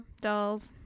dolls